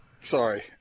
Sorry